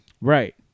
right